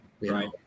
Right